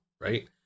right